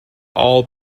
all